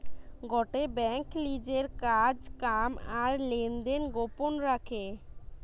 গটে বেঙ্ক লিজের কাজ কাম আর লেনদেন গোপন রাখে